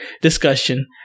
discussion